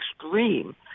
extreme